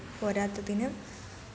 പോരാത്തതിന്